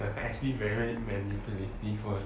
but actually very magnificently before